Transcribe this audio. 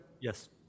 Yes